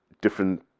different